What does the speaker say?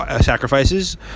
sacrifices